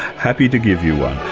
happy to give you one.